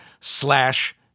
slash